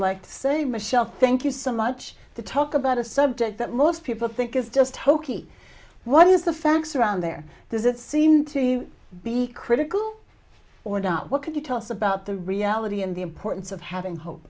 like to say michelle thank you so much to talk about a subject that most people think is just hokey what is the facts around there does it seem to be critical or not what can you tell us about the reality and the importance of having hope